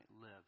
live